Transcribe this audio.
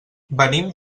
venim